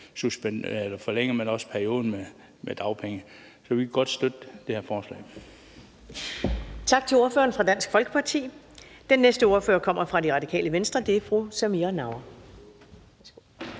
forlænger man også perioden med dagpenge. Så vi kan godt støtte det her forslag.